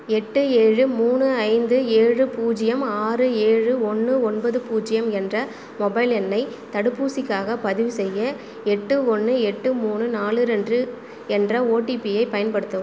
எட்டு ஏழு மூணு ஐந்து ஏழு பூஜ்ஜியம் ஆறு ஏழு ஒன்று ஒன்பது பூஜ்ஜியம் என்ற மொபைல் எண்ணை தடுப்பூசிக்காகப் பதிவுசெய்ய எட்டு ஒன்று எட்டு மூணு நாலு ரெண்டு என்ற ஒடிபியை பயன்படுத்தவும்